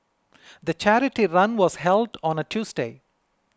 the charity run was held on a Tuesday